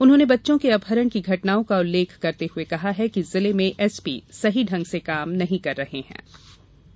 उन्होंने बच्चों की अपहरण की घटनाओं का उल्लेख करते हुए कहा है कि जिले में एसपी सही ढंग से काम नहीं कर रहे हें